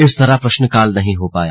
इस तरह प्रश्नकाल नहीं हो पाया